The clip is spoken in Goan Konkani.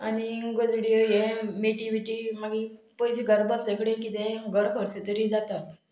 आनी गजड्यो हे मेटी बेटी मागीर पयशे घरां बसले कडेन कितेंय घर खर्च तरी जाता